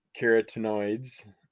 carotenoids